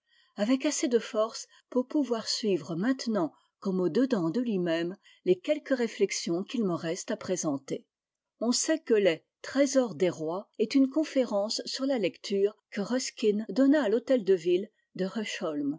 avec assez de force pour pouvoir suivre maintenant comme au dedans delui même les quelques réuexions qu'il me reste à présenter on sait que les trésors des rois est une conférence sur la lecture que ruskin donna à lhôtel deville de